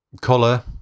color